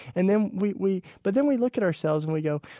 and then we we but then we look at ourselves and we go,